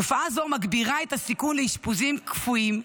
תופעה זו מגבירה את הסיכון לאשפוזים כפויים,